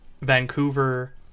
Vancouver